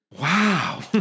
wow